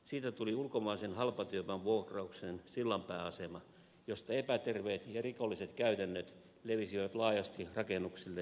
siitä tuli ulkomaisen halpatyövoimavuokrauksen sillanpääasema josta epäterveet ja rikolliset käytännöt levisivät laajasti rakennuksille ja telakkateollisuuteen